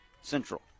Central